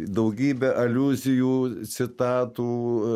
daugybę aliuzijų citatų